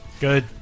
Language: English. Good